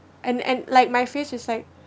and and like my face is like